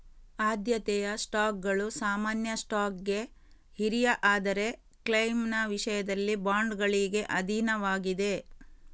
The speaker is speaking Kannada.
ಆದ್ಯತೆಯ ಸ್ಟಾಕ್ಗಳು ಸಾಮಾನ್ಯ ಸ್ಟಾಕ್ಗೆ ಹಿರಿಯ ಆದರೆ ಕ್ಲೈಮ್ನ ವಿಷಯದಲ್ಲಿ ಬಾಂಡುಗಳಿಗೆ ಅಧೀನವಾಗಿದೆ